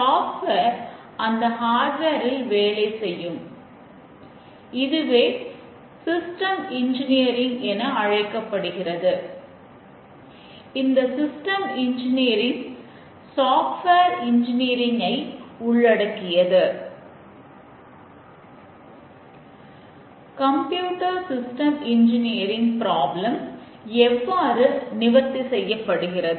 ஆரம்ப காலங்களில் உபயோகிக்கப்பட்ட டெஸ்டிங் தோல்வியடைந்து விட்டது எனக் கூறுவது